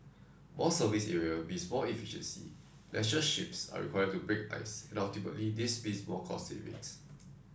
more surface area means more efficiency lesser ships are required to break ice and ultimately this means more cost savings